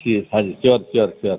જી હા જી sure sure sure